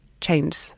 change